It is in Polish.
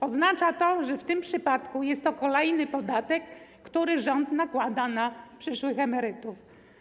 Oznacza to, że w tym przypadku jest to kolejny podatek, który rząd nakłada na przyszłych emerytów.